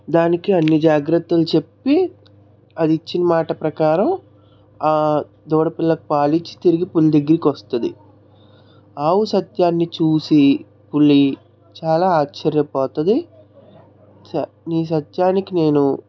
దానికి అన్ని జాగ్రత్తలు చెప్పి అది ఇచ్చిన మాట ప్రకారం ఆ దూడపిల్లకు పాలిచ్చి తిరిగి పులి దగ్గిరికొస్తుంది ఆవు సత్యాన్ని చూసి పులి చాలా ఆశ్చర్యపోతుంది నీ సత్యానికి నేను